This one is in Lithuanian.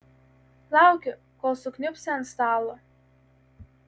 lauki kol sukniubsi ant stalo